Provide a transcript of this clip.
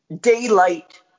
Daylight